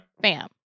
bam